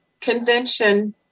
convention